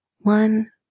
One